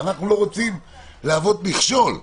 ולא רוצים להוות מכשול.